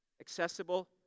accessible